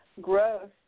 growth